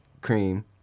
cream